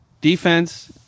defense